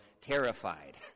terrified